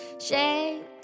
Shake